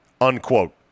unquote